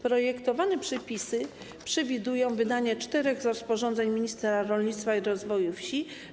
Projektowane przepisy przewidują wydanie czterech rozporządzeń ministra rolnictwa i rozwoju wsi.